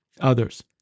others